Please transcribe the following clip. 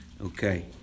Okay